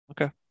Okay